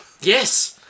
Yes